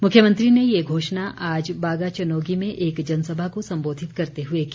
मुख्यमंत्री ने ये घोषणा आज बागाचनोगी में एक जनसभा को संबोधित करते हुए की